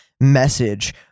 message